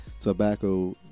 tobacco